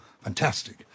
Fantastic